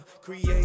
create